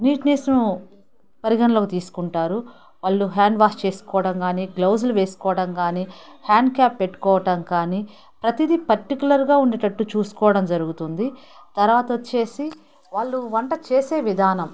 నీట్నెస్ను పరిగణలోకి తీసుకుంటారు వాళ్ళు హ్యాండ్వాష్ చేసుకోవడం కానీ గ్లౌజులు వేసుకోవటం కానీ హ్యాండ్ క్యాప్ పెట్టుకోవటం కానీ ప్రతీదీ పర్టిక్యులర్గా ఉండేటట్లు చూసుకోవడం జరుగుతుంది తరువాత వచ్చేసి వాళ్ళు వంట చేసే విధానం